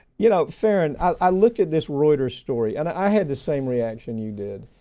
you know, farron, i looked at this reuters story and i had the same reaction you did.